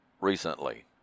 recently